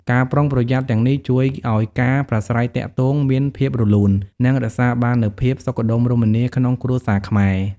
ការប្រុងប្រយ័ត្នទាំងនេះជួយឲ្យការប្រាស្រ័យទាក់ទងមានភាពរលូន និងរក្សាបាននូវភាពសុខដុមរមនាក្នុងគ្រួសារខ្មែរ។